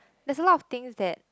there's a lot of things that